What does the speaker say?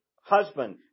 husband